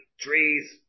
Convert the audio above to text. trees